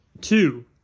Two